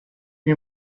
più